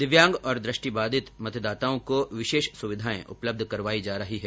दिव्यांग और दृष्टिबाधित मतदाताओं को विशेष सुविधायें उपलब्ध करवाई जा रही है